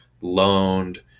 loaned